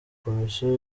komisiyo